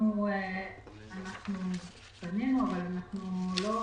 פנינו אבל כרגע,